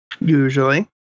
Usually